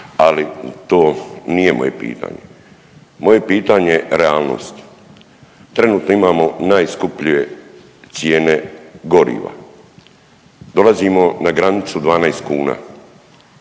ali to nije moje pitanje. Moje pitanje je realnost. Trenutno imamo najskuplje cijene goriva, dolazimo na granicu 12 kuna.